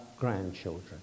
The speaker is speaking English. grandchildren